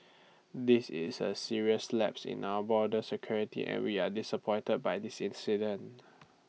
this is A serious lapse in our border security and we are disappointed by this incident